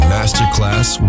Masterclass